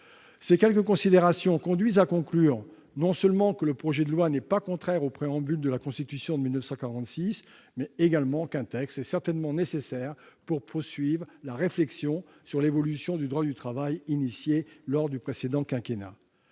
Ces quelques considérations conduisent à conclure non seulement que le projet de loi n'est pas contraire au Préambule de la Constitution de 1946, mais aussi qu'un texte est certainement nécessaire pour poursuivre la réflexion sur l'évolution du droit du travail engagée lors du précédent quinquennat.